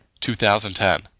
2010